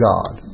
God